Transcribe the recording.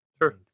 Sure